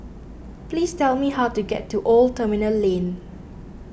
please tell me how to get to Old Terminal Lane